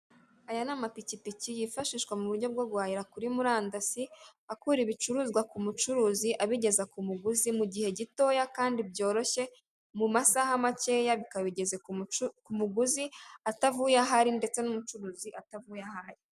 Aya ni amapikipiki yifashishwa mu buryo bwo guhahira kuri murandasi, akura ibicuruzwa k'umucuruzi abigeza kumuguzi mugihe gitoya kandi byoroshye, mu masaha makeya bikaba bigeze kumuguzi atavuye aho ari ndetse n'umucuruzi atavuye aho ari.